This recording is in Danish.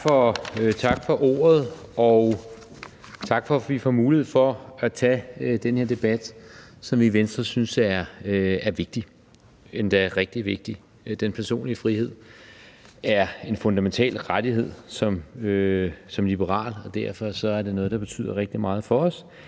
Tak for ordet, og tak for, at vi får mulighed for at tage den her debat, som vi i Venstre synes er vigtig – endda rigtig vigtig. Den personlige frihed er en fundamental rettighed for en liberal, og derfor er det noget, der betyder rigtig meget for os,